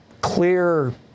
clear